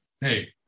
hey